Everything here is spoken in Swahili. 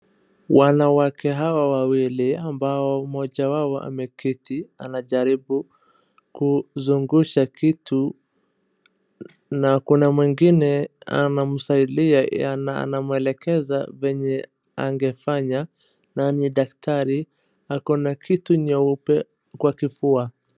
Wanawake hawa wawili ambao mmoja wao ameketi anajaribu kuzungusha kitu, na kuna mwengine anamsaidia, anamwelekeza vyenye angefanya na ni daktari ako na kitu nyeupe kwa kifua.